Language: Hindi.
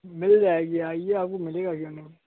मिल जाएगी आइए आपको मिलेगा क्यों नहीं